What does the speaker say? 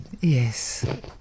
Yes